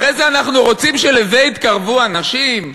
אחרי זה אנחנו רוצים שלזה יתקרבו אנשים?